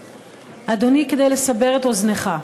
אדוני, כדי לסבר את אוזנך,